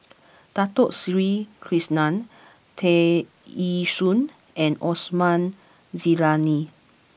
Dato Sri Krishna Tear Ee Soon and Osman Zailani